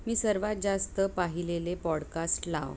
मी सर्वात जास्त पाहिलेले पॉडकास्ट लाव